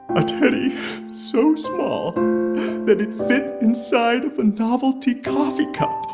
ah teddy so small that it fit inside of a novelty coffee cup.